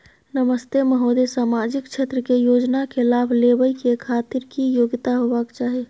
नमस्ते महोदय, सामाजिक क्षेत्र के योजना के लाभ लेबै के खातिर की योग्यता होबाक चाही?